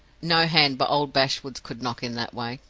no hand but old bashwood's could knock in that way.